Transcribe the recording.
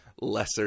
lesser